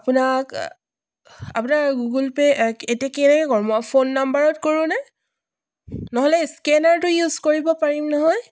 আপোনাক আপোনাৰ Google pay এতিয়া কেনেকৈ কৰোঁ মই ফোন নম্বৰত কৰোঁ নে নহ'লে স্কেনাৰটো ইউজ কৰিব পাৰিম নহয়